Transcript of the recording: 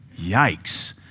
Yikes